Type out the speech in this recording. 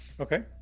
okay